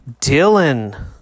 Dylan